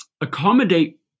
accommodate